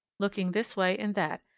looking this way and that,